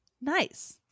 Nice